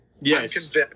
Yes